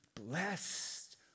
blessed